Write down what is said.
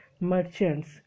merchants